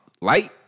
Light